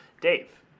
Dave